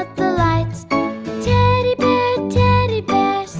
the lights teddy bear, teddy bear,